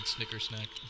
Snickersnack